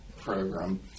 program